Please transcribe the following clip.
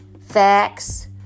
facts